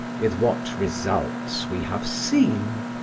with what results we have seen.